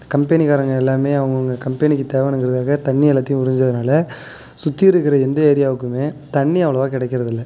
கம்பெனிக்காரங்க எல்லாமே அவங்கவங்க கம்பெனிக்கு தேவைனுங்குறதுக்காக தண்ணி எல்லாத்தையும் உறிஞ்சதனால சுற்றி இருக்கிற எந்த ஏரியாவுக்குமே தண்ணி அவ்வளோவா கிடைக்கிறது இல்லை